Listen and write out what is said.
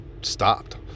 stopped